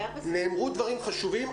נאמרו דברים חשובים.